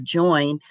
join